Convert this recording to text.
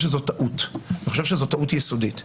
שסביב סעיף מסוים אנחנו במחלוקת נוקבת.